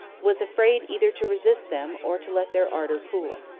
was afraid either to resist them or to let their ardour cool.